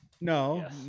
No